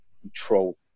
control